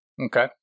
Okay